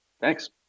Thanks